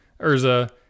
Urza